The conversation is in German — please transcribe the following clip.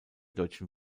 deutschen